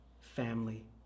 Family